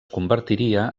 convertiria